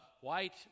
white